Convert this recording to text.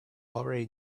already